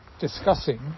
discussing